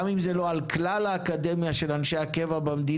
גם אם זה לא חל על כלל האקדמיה של אנשי הקבע במדינה,